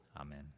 amen